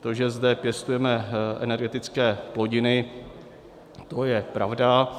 To, že zde pěstujeme energetické plodiny, to je pravda.